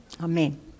Amen